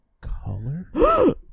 color